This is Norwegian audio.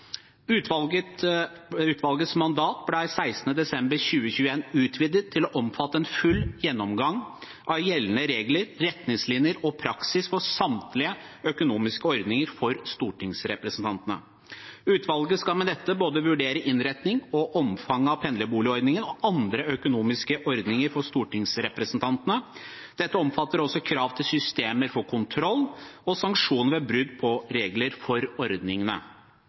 Utvalgets mandat ble den 16. desember 2021 utvidet til å omfatte en full gjennomgang av gjeldende regler, retningslinjer og praksis for samtlige økonomiske ordninger for stortingsrepresentantene. Utvalget skal med dette vurdere både innretningen og omfanget av pendlerboligordningen og andre økonomiske ordninger for stortingsrepresentantene. Dette omfatter også krav til systemer for kontroll og sanksjoner ved brudd på regler for ordningene.